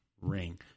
ring